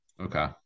Okay